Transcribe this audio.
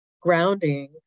grounding